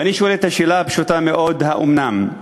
ואני שואל את השאלה הפשוטה מאוד: האומנם?